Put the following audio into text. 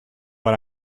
what